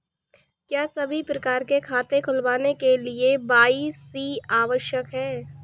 क्या सभी प्रकार के खाते खोलने के लिए के.वाई.सी आवश्यक है?